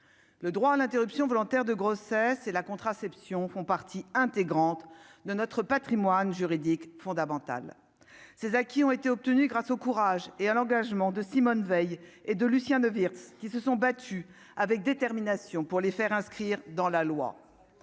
le droit à l'interruption volontaire de grossesse et la contraception font partie intégrante de notre Patrimoine juridique fondamental ses acquis ont été obtenus grâce au courage et à l'engagement de Simone Veil et de Lucien Neuwirth qui se sont battus avec détermination pour les faire inscrire dans la loi